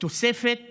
תוספת